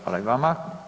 Hvala i vama.